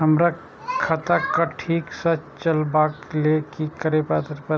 हमरा खाता क ठीक स चलबाक लेल की करे परतै